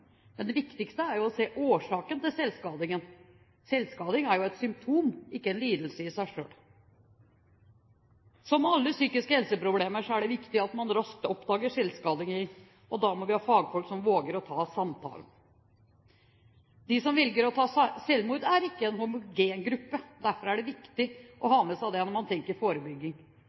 Det viktigste er å se årsaken til selvskadingen. Selvskading er jo et symptom, ikke en lidelse i seg selv. Som med alle psykiske helseproblemer, er det viktig at man raskt oppdager selvskading, og da må vi ha fagfolk som våger å ta samtalen. De som velger å begå selvmord, er ikke en homogen gruppe. Derfor er det viktig å ha med seg det når man tenker forebygging.